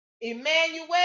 Emmanuel